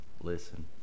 Listen